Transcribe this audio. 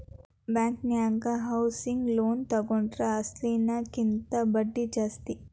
ಬ್ಯಾಂಕನ್ಯಾಗ housing loan ತಗೊಂಡ್ರ ಅಸ್ಲಿನ ಕಿಂತಾ ಬಡ್ದಿ ಜಾಸ್ತಿ